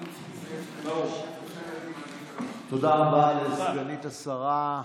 תודה רבה לסגן השרה.